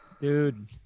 Dude